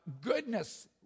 goodness